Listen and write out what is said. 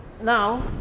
now